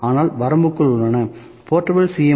ஆனால் வரம்புகளும் உள்ளன போர்ட்டபிள் C